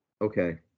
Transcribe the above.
Okay